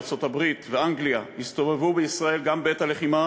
ארצות-הברית ואנגליה הסתובבו בישראל גם בעת הלחימה